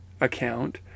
account